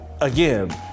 again